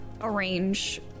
arrange